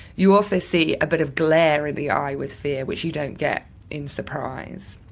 you also see a bit of glare in the eye with fear which you don't get in surprise.